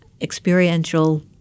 experiential